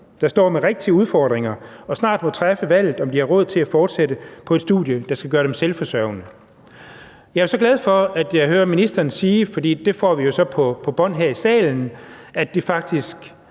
der står med rigtige udfordringer, og som snart må træffe valget, om de har råd til at fortsætte på et studie, der skal gøre dem selvforsørgende. Jeg er jo så glad for, at jeg hører ministeren sige her i salen, for det får vi jo så på bånd, at det faktisk